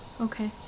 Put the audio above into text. Okay